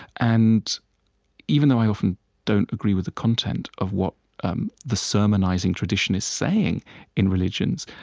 and even though i often don't agree with the content of what um the sermonizing tradition is saying in religions,